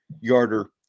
yarder